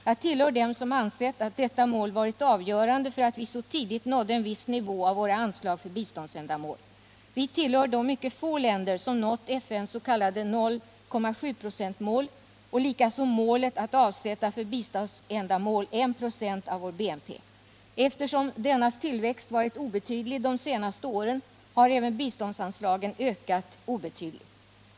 Jag tillhör dem som ansett att detta mål varit avgörande för att vi så tidigt nådde en viss nivå av våra anslag för biståndsändamål. Vi tillhör de mycket få länder som nått FN:s s.k. 0,7 procentsmål och likaså målet att avsätta för biståndsmål 1 96 av vår BNP. Eftersom dennas tillväxt varit obetydlig de senaste åren har även biståndsanslaget ökat obetydligt.